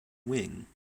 wing